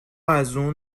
ازاون